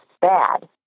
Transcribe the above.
bad